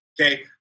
Okay